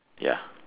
ya